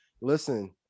Listen